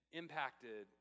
impacted